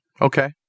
Okay